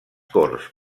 corts